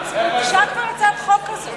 הוגשה כבר הצעת חוק כזו.